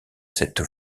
cette